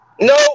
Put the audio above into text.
No